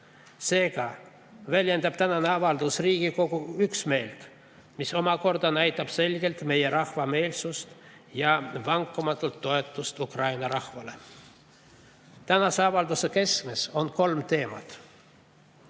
Seega väljendab tänane avaldus Riigikogu üksmeelt, mis omakorda näitab selgelt meie rahva meelsust ja vankumatut toetust Ukraina rahvale. Tänase avalduse keskmes on kolm teemat: